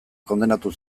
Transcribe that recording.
kondenatu